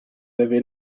avez